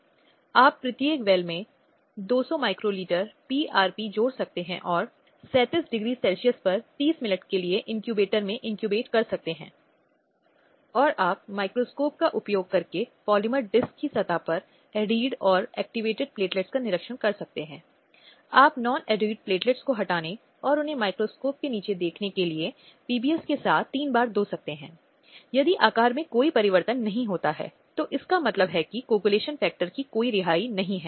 यह वे हैं जिन्हें यह सुनिश्चित करना है कि जब बच्चा जन्म लेता है बच्चा एक ऐसे वातावरण में रहे जो स्वतंत्र हो जो कि अनुकूल हो जो बच्चों के कारण के लिए सहायक हो जो बच्चे के विकास में आवश्यक सहायता प्रदान करता हो यह दिमाग का पोषण करता हो यह बच्चे को सोचने चीजों को सही परिप्रेक्ष्य में समझने की अनुमति देता हो